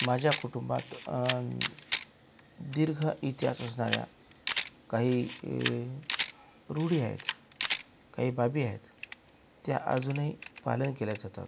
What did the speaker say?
माझ्या कुटुंबात दीर्घ इतिहास असणाऱ्या काही रूढी आहेत काही बाबी आहेत त्या अजूनही पालन केल्या जातात